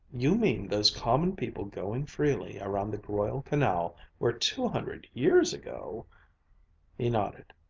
you mean those common people going freely around the royal canal where two hundred years ago he nodded,